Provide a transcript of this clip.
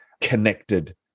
connected